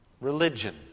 religion